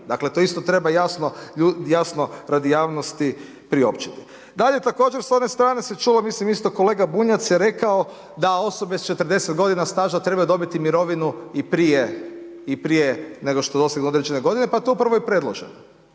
Dakle to isto treba jasno radi javnosti priopćiti. Dalje također s one strane se čulo, mislim isto kolega Bunjac je rekao da osobe s 40 godina staža trebaju dobiti mirovinu i prije nego što dosegnu određene godine, pa to je upravo i predloženo,